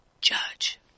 judge